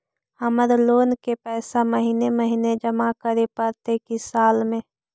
हमर लोन के पैसा महिने महिने जमा करे पड़तै कि साल में?